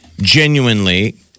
genuinely